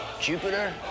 Jupiter